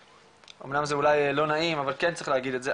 אמנם זה אולי לא נעים, אבל כן צריך להגיד את זה.